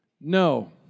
No